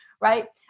right